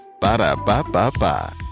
Ba-da-ba-ba-ba